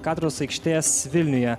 katedros aikštės vilniuje